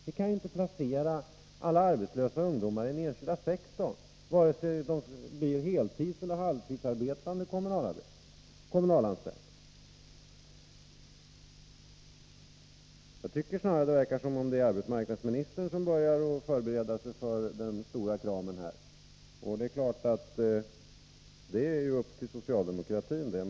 Vi kan ju inte placera alla arbetslösa ungdomar där, vare sig de blir heltidseller halvtidsarbetande kommunalanställda. Jag tycker att det snarare verkar som om det är arbetsmarknadsministern som börjar förbereda sig för den stora kramen, och det är naturligtvis socialdemokratins ensak.